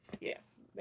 Yes